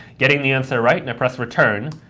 getting the answer right, and i press return,